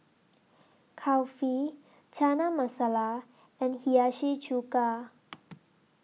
Kulfi Chana Masala and Hiyashi Chuka